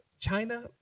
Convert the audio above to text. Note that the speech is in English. China